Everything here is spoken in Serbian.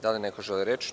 Da li neko želi reč?